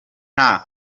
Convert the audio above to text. nta